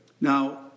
Now